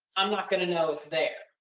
i'm not going to know it's there.